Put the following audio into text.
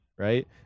right